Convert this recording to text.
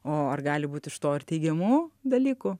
o ar gali būt iš to ar teigiamų dalykų